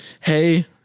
Hey